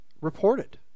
reported